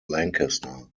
lancaster